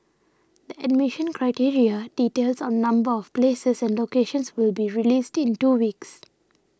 the admission criteria details on number of places and locations will be released in two weeks